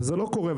זה לא קורה.